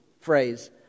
phrase